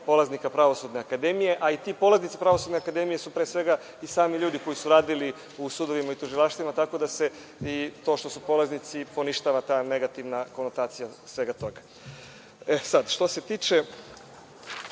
polaznika Pravosudne akademije, a i ti polaznici Pravosudne akademije su pre svega i sami ljudi koji su radili u sudovima i tužilaštvima, tako da i to što su polaznici se poništava, ta negativna konotacija svega toga. Što se tiče